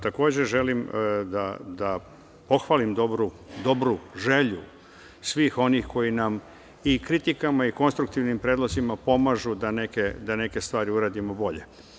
Takođe, želim da pohvalim dobru želju svih onih koji nam i kritikama i konstruktivnim predlozima pomažu da neke stvari uradimo bolje.